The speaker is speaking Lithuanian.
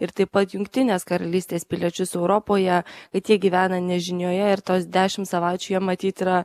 ir taip pat jungtinės karalystės piliečius europoje kad jie gyvena nežinioje ir tos dešim savaičių jiem matyt yra